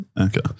Okay